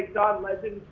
john legend.